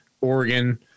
Oregon